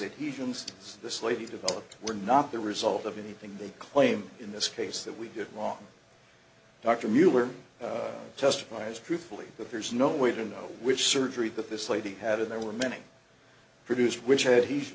evens this lady developed were not the result of anything they claim in this case that we did wrong dr mueller testifies truthfully that there's no way to know which surgery that this lady had and there were many produce which had he